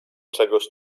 czegoś